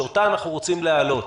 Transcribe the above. שאותה אנחנו רוצים להעלות.